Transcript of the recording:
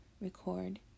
record